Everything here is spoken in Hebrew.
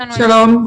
שלום.